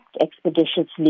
expeditiously